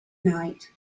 night